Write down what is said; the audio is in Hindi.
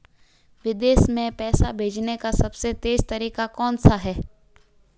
विदेश में पैसा भेजने का सबसे तेज़ तरीका कौनसा है?